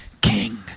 king